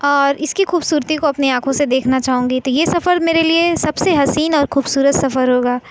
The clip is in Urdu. اور اس کی خوبصورتی کو اپنی آنکھوں سے دیکھنا چاہوں گی تو یہ سفر میرے لیے سب سے حسین اور خوبصورت سفر ہوگا